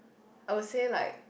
I will say like